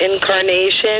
incarnation